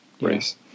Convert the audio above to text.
race